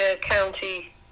County